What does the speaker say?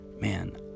man